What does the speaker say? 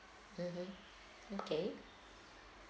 mmhmm okay